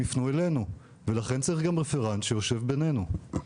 הם יפנו אלינו ולכן צריך גם רפרנט שיושב בינינו.